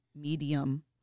medium